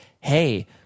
hey